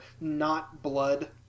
not-blood